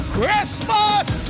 Christmas